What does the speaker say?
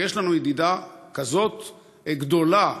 כשיש לנו ידידה כזאת גדולה,